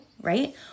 right